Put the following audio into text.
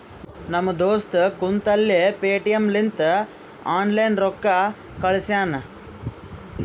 ನಮ್ ದೋಸ್ತ ಕುಂತಲ್ಲೇ ಪೇಟಿಎಂ ಲಿಂತ ಆನ್ಲೈನ್ ರೊಕ್ಕಾ ಕಳ್ಶ್ಯಾನ